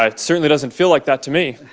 um certainly doesn't feel like that to me.